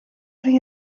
dyn